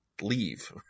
leave